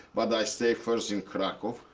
but i stay first in krakow.